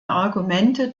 argumente